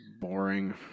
boring